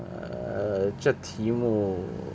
err 这题目